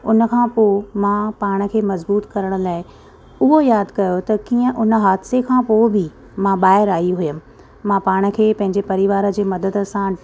हुन खां पोइ मां पाण खे मज़बूतु करण लाइ उहो यादि कयो त कीअं हुन हादिसे खां पोइ बि मां ॿाहिरि आई हुअमि मां पाण खे पंहिंजे परिवार जी मदद सां